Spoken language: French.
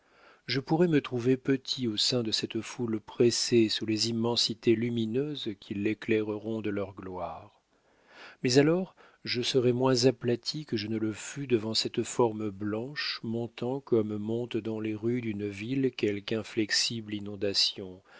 je pourrai me trouver petit au sein de cette foule pressée sous les immensités lumineuses qui l'éclaireront de leur gloire mais alors je serai moins aplati que je ne le fus devant cette forme blanche montant comme monte dans les rues d'une ville quelque inflexible inondation